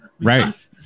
Right